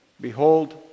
Behold